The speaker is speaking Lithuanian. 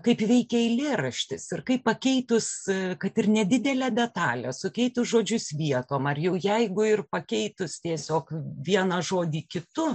kaip veikia eilėraštis ir kaip pakeitus kad ir nedidelę detalę sukeitus žodžius vietom ar jau jeigu ir pakeitus tiesiog vieną žodį kitu